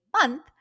month